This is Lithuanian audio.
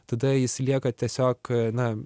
tada jis lieka tiesiog na